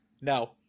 No